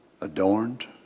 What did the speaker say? adorned